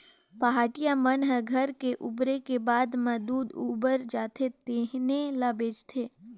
पहाटिया मन ह घर के बउरे के बाद म दूद उबर जाथे तेने ल बेंचथे